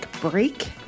break